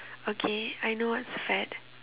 okay I know what's fad